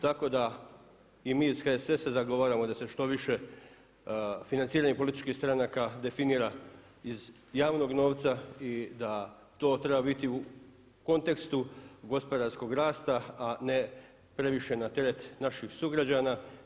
Tako da i mi iz HSS-a zagovaramo da se što više financiranje političkih stranaka definira iz javnog novca i da to treba biti u kontekstu gospodarskog rasta a ne previše na teret naših sugrađana.